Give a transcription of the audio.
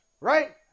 right